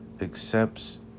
accepts